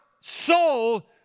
soul